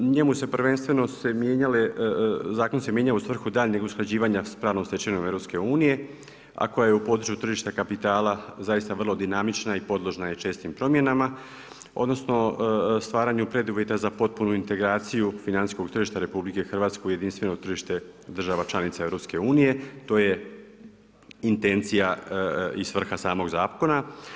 U njemu su se prvenstveno mijenjale zakon se mijenjao u svrhu daljnjeg usklađivanja s pravnom stečevinom EU, a koja je u području tržišta kapitala zaista vrlo dinamična i podložna je čestim promjenama odnosno stvaranju preduvjeta za potpunu integraciju financijskog tržišta RH u jedinstveno tržište država članica EU, to je intencija i svrha samog zakona.